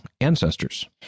ancestors